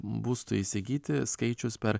būstui įsigyti skaičius per